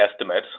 estimates